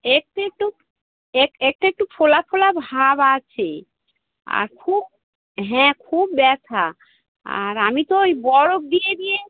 একটু একটু এক একটু একটু ফোলা ফোলা ভাব আছে আর খুব হ্যাঁ খুব ব্যথা আর আমি তো ওই বরফ দিয়ে দিয়ে